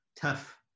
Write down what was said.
tough